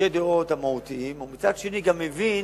בחילוקי הדעות המהותיים, ומצד שני גם מבין,